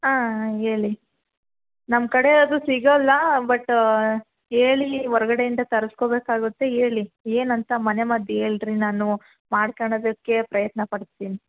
ಆಂ ಹೇಳಿ ನಮ್ಮ ಕಡೆ ಅದು ಸಿಗೋಲ್ಲ ಬಟ್ ಹೇಳಿ ಹೊರ್ಗಡೆಯಿಂದ ತರಿಸ್ಕೋಬೇಕಾಗುತ್ತೆ ಹೇಳಿ ಏನಂತ ಮನೆಮದ್ದು ಹೇಳ್ರಿ ನಾನು ಮಾಡ್ಕಳದಕ್ಕೆ ಪ್ರಯತ್ನಪಡ್ತೀನಿ